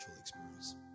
experience